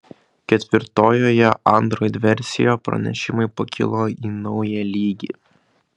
ketvirtojoje android versijoje pranešimai pakilo į naują lygį